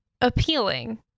appealing